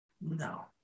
No